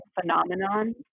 phenomenon